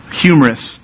humorous